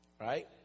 Right